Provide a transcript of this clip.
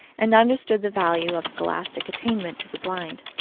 and understood the value of scholastic attainment to the blind.